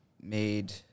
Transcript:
made